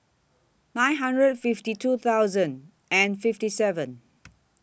nine hundred fifty two thousand and fifty seven